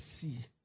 see